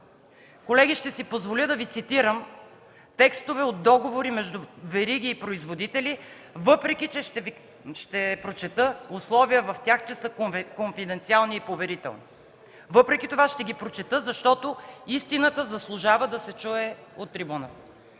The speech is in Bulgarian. Колеги, ще си позволя да Ви цитирам текстове от договори между вериги и производители, въпреки че ще прочета условия в тях, които са конфиденциални и поверителни. Въпреки това ще ги прочета, защото истината заслужава да се чуе от трибуната.